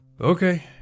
Okay